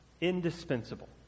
Indispensable